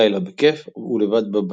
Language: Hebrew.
לילה בכיף ולבד בבית.